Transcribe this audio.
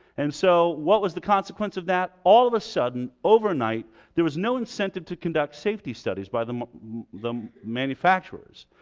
and so what was the consequence of that? all of a sudden overnight there was no incentive to conduct safety studies by the the manufacturers.